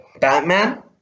Batman